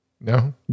No